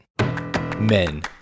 Men